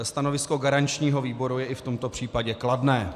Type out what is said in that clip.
Stanovisko garančního výboru je i v tomto případě kladné.